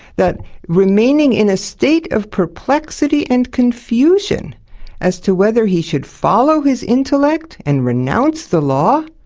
that remaining in a state of perplexity and confusion as to whether he should follow his intellect and renounce the law,